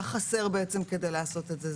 מה חסר לעשות את זה?